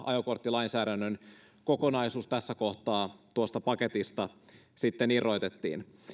ajokorttilainsäädännön kokonaisuus tässä kohtaa tuosta paketista irrotettiin